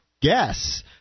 guess